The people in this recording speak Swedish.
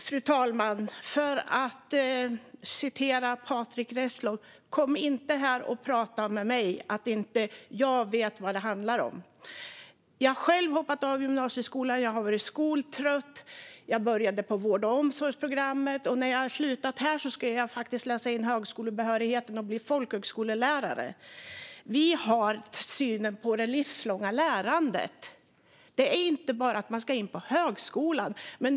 Fru talman! För att citera Patrick Reslow: "Kom inte här" och prata med mig som om jag inte vet vad det handlar om! Jag har själv hoppat av gymnasieskolan. Jag har varit skoltrött. Jag började på vård och omsorgsprogrammet, och när jag slutat här ska jag faktiskt läsa in högskolebehörigheten och bli folkhögskolelärare. Vår syn på det livslånga lärandet är inte bara att man ska in på högskolan.